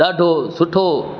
ॾाढो सुठो